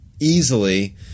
easily